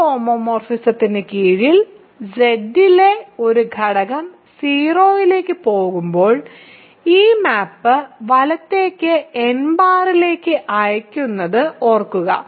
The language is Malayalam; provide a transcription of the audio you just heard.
ഈ ഹോമോമോർഫിസത്തിന് കീഴിൽ Z ലെ ഒരു ഘടകം 0 ലേക്ക് പോകുമ്പോൾ ഈ മാപ്പ് വലത്തേക്ക് n ബാറിലേക്ക് അയയ്ക്കുന്നത് ഓർക്കുക